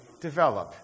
develop